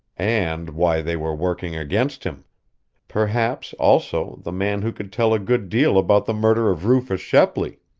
and why they were working against him perhaps, also, the man who could tell a good deal about the murder of rufus shepley.